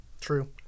True